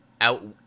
Out